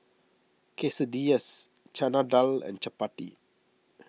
Quesadillas Chana Dal and Chapati